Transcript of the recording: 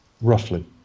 Roughly